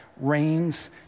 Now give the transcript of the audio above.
reigns